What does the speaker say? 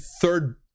third